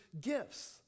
gifts